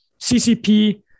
CCP